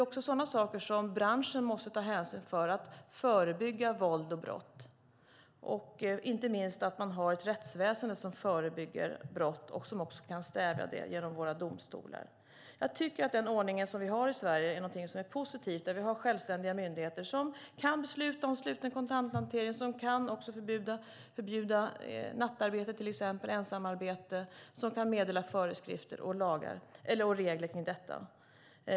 Också sådana saker måste branschen ta hänsyn till när man ska förebygga våld och brott. Inte minst är det även viktigt att man har ett rättsväsen som förebygger brott och kan stävja brott genom våra domstolar. Jag tycker att den ordning vi har i Sverige är någonting som är positivt. Vi har självständiga myndigheter som kan besluta om sluten kontanthantering, förbjuda nattarbete eller ensamarbete och meddela föreskrifter och regler kring detta.